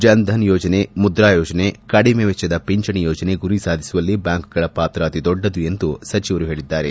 ಜನ್ಧನ್ ಯೋಜನೆ ಮುದ್ರಾ ಯೋಜನೆ ಕಡಿಮೆ ವೆಚ್ಲದ ಪಿಂಚಣಿ ಯೋಜನೆ ಗುರಿ ಸಾಧಿಸುವಲ್ಲಿ ಬ್ಲಾಂಕುಗಳ ಪಾತ್ರ ಅತಿದೊಡ್ಡದು ಎಂದು ಸಚಿವರು ಹೇಳಿದ್ದಾರೆ